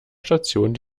station